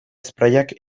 sprayak